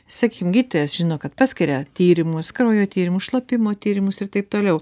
sakykim gydytojas žino kad paskiria tyrimus kraujo tyrimus šlapimo tyrimus ir taip toliau